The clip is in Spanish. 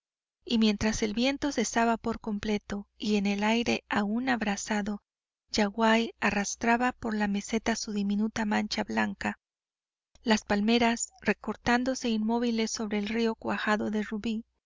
y mientras el viento cesaba por completo y en el aire aún abrasado yaguaí arrastraba por la meseta su diminuta mancha blanca las palmeras recortándose inmóviles sobre el río cuajado en rubí